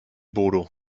bodo